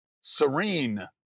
serene